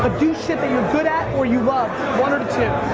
but do shit that you're good at or you love, one of the two.